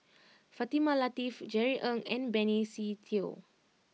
Fatimah Lateef Jerry Ng and Benny Se Teo